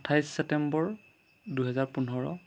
আঠাইছ ছেপ্টেম্বৰ দুহেজাৰ পোন্ধৰ